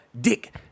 dick